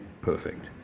perfect